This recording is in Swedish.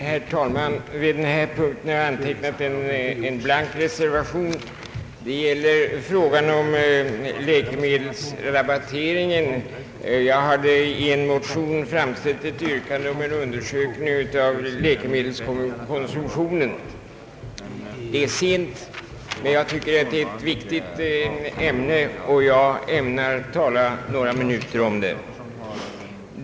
Herr talman! Vid denna punkt har jag antecknat en blank reservation. Det gäller frågan om läkemedelsrabatteringen. Jag har i en motion framställt yrkande om en undersökning av läkemedelskonsumtionen. Det är sent, men jag tycker att ämnet är viktigt och jag tänker tala några minuter om det.